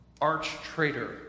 arch-traitor